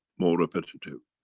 more repetitive.